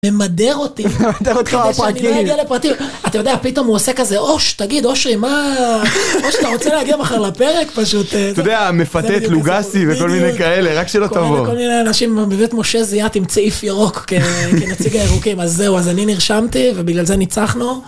ממדר אותי אתה יודע פתאום הוא עושה כזה אוש תגיד אושרי מה אוש אתה רוצה להגיע מחר לפרק פשוט אתה יודע מפתט לוגאסי וכל מיני כאלה רק שלא תבוא. אנשים בבית משה זיית עם צעיף ירוק כנציגי אירוקים אז זהו אז אני נרשמתי ובגלל זה ניצחנו.